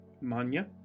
Manya